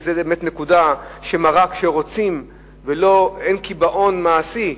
וזאת באמת נקודה שמראה שכשרוצים ואין קיבעון מעשי,